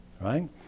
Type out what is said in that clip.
right